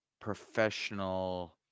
professional